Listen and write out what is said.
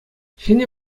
ҫӗнӗ